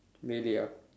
really ah